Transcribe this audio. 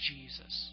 Jesus